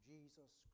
Jesus